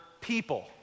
people